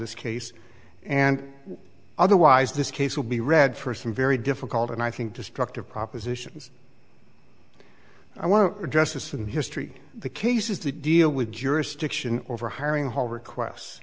this case and otherwise this case will be read for some very difficult and i think destructive propositions i want to address in history the cases that deal with jurisdiction over hiring hall requests